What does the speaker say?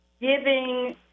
giving—